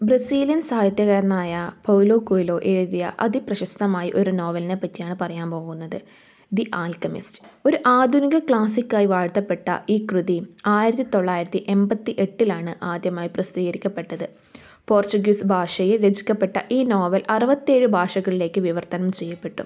Brazilian സാഹിത്യകാരനായ Paulo Coelho എഴുതിയ അതിപ്രശസ്തമായ ഒരു നോവലിനെപ്പറ്റിയാണ് പറയാൻ പോകുന്നത് ദി ആൽക്കമിസ്റ്റ് ഒരു ആധുനിക ക്ലാസിക് ആയി വാഴ്ത്തപ്പെട്ട ഈ കൃതി ആയിരത്തിത്തൊള്ളായിരത്തി എമ്പത്തി എട്ടിലാണ് ആദ്യമായി പ്രസിദ്ധീകരിക്കപ്പെട്ടത് പോർച്ചുഗീസ് ഭാഷയിൽ രചിക്കപ്പെട്ട ഈ നോവൽ അറുപത്തേഴ് ഭാഷകളിലേക്ക് വിവർത്തനം ചെയ്യപ്പെട്ടു